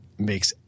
makes